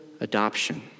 adoption